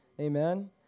Amen